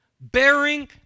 bearing